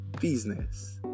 business